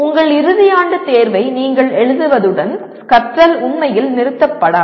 உங்கள் இறுதி ஆண்டு தேர்வை நீங்கள் எழுதுவதுடன் கற்றல் உண்மையில் நிறுத்தப்படாது